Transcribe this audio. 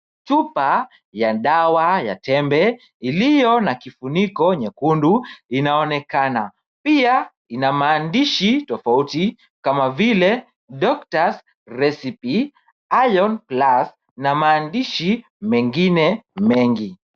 Chupa ya dawa ya tembe iliyo na kifuniko nyekundu inaonekana. Pia ina maandishi tofauti kama vile DOctors recipe, Iron plus na maandishi mengine mengi.